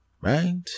Right